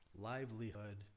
livelihood